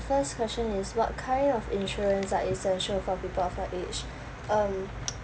first question is what kind of insurance are essential for people of your age um